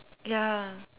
ya